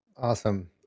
Awesome